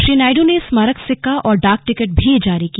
श्री नायडू ने स्मारक सिक्का और डाक टिकट भी जारी किया